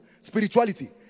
spirituality